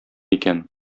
икән